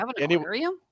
aquarium